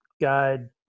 guide